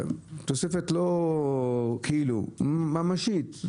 תוספת לא כאילו, ממשית.